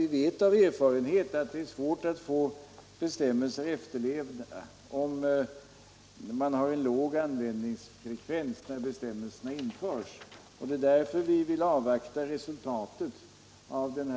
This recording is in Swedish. Vi vet av erfarenhet att det är svårt att få bestämmelser efterlevda om användningsfrekvensen är låg när de införs, och det är därför vi vill avvakta resultatet av den